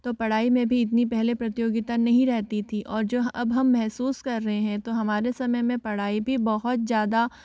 तो पढ़ाई में भी इतनी पहले प्रतियोगिता नहीं रहती थी और जो अब हम महसूस कर रहे हैं तो हमारे समय में पढ़ाई भी बहुत ज़्यादा